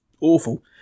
awful